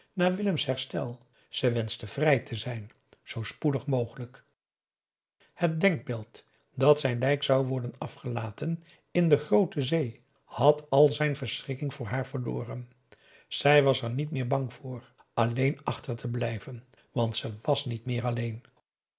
naar willem's herstel ze wenschte vrij te zijn zoo spoedig mogelijk het denkbeeld dat zijn lijk zou worden afgelaten in de groote zee had al zijn verschrikking voor haar verloren zij was er niet meer bang voor alleen achter te blijven want ze was niet meer alleen